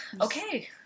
Okay